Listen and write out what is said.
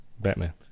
Batman